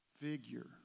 figure